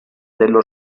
dello